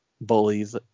bullies